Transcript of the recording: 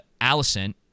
Allison